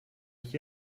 ich